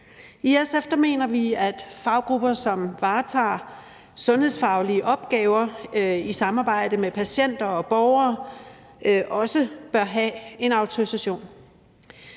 I SF mener vi, at faggrupper, som varetager sundhedsfaglige opgaver i samarbejde med patienter og borgere, også bør have en autorisation.